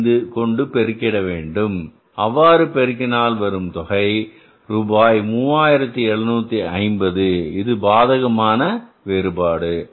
5 பெருகிட வேண்டும் அவ்வாறு பெருக்கினால் வரும் தொகை ரூபாய் 3750 இது பாதகமான வேறுபாடு